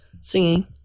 singing